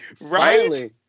Right